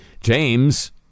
James